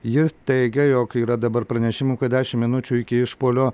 ji teigia jog yra dabar pranešimų kad dešim minučių iki išpuolio